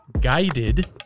guided